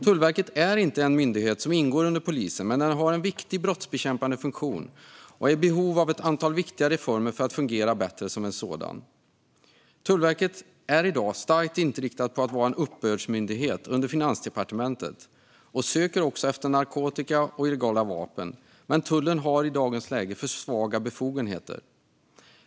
Tullverket är inte en myndighet under polisen. Men den har en viktig brottsbekämpande funktion och är i behov av ett antal viktiga reformer för att fungera bättre som en sådan myndighet. Tullverket är i dag starkt inriktad på att vara en uppbördsmyndighet under Finansdepartementet och söker också efter narkotika och illegala vapen. Men tullen har i dagens läge för svaga befogenheter.